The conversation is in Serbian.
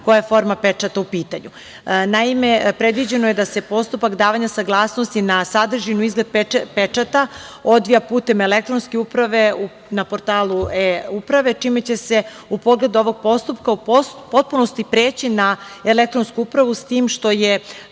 koja forma pečata je u pitanju. Naime, predviđeno je da se postupak davanja saglasnosti na sadržinu i izgled pečata odvija putem elektronske uprave na portalu e-Uprave, čime će se u pogledu ovog postupka u potpunosti preći na elektronsku upravu, s tim što je